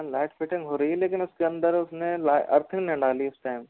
light fitting हो रही है लेकिन उसके अंदर उसने अर्थिंग नहीं डाली उस टाइम